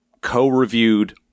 co-reviewed